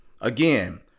Again